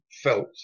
felt